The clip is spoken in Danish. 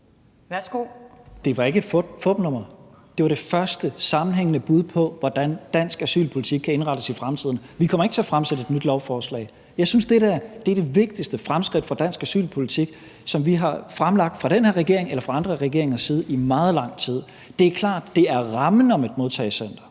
Det var ikke et fupnummer. Det var det første sammenhængende bud på, hvordan dansk asylpolitik kan indrettes i fremtiden. Vi kommer ikke til at fremsætte et nyt lovforslag. Jeg synes, at det her er det vigtigste fremskridt for dansk asylpolitik, som vi har fremlagt fra den her regerings side eller fra andre regeringers side i meget lang tid. Det er klart, at det er rammen om et modtagecenter,